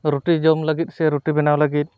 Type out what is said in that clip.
ᱨᱩᱴᱤ ᱡᱚᱢ ᱞᱟᱹᱜᱤᱫ ᱥᱮ ᱨᱩᱴᱤ ᱵᱮᱱᱟᱣ ᱞᱟᱹᱜᱤᱫ